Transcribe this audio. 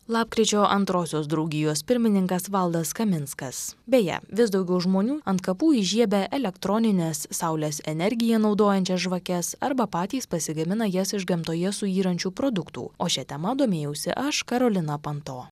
lapkričio antrosios draugijos pirmininkas valdas kaminskas beje vis daugiau žmonių ant kapų įžiebia elektronines saulės energiją naudojančias žvakes arba patys pasigamina jas iš gamtoje suyrančių produktų o šia tema domėjausi aš karoliną panto